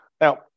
Now